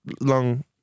long